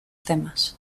temas